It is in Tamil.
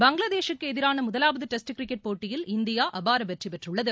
பங்களாதேஷிற்கு எதிரான முதலாவது டெஸ்ட் கிரிக்கெட் போட்டியில் இந்தியா அபார வெற்றி பெற்றுள்ளது